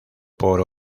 por